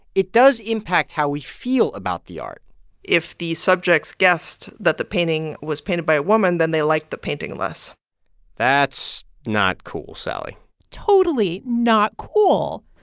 it does impact how we feel about the art if the subjects guessed that the painting was painted by a woman, then they liked the painting less that's not cool, sally totally not cool.